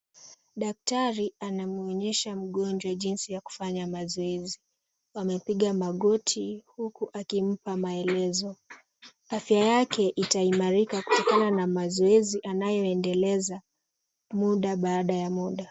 Daktari anamwonyesha mgonjwa jinsi ya kufanya mazoezi, wamepiga magoti huku akimpa maelezo. Afya yake itaimarika kutokana na mazoezi anayoendeleza muda baada ya muda.